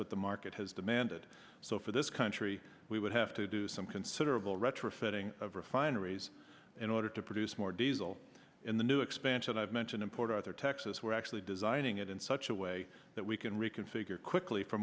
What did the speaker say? what the market has demanded so for this country we would have to do some considerable retrofitting of refineries in order to produce more diesel in the new expansion i've mentioned in port arthur texas we're actually designing it in such a way that we can reconfigure quickly for